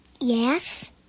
Yes